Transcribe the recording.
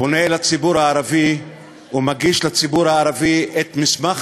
פונה אל הציבור הערבי ומגיש לציבור הערבי את מסמך